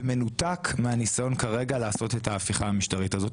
במנותק מהניסיון כרגע לעשות את ההפיכה המשטרית הזאת.